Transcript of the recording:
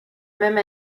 même